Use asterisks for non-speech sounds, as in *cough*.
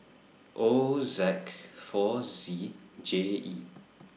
O *unintelligible* four Z J E